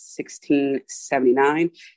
1679